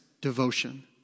devotion